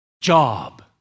job